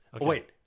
Wait